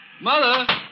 Mother